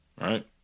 Right